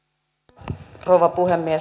arvoisa rouva puhemies